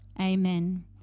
Amen